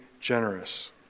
generous